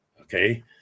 Okay